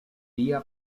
vía